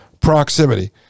proximity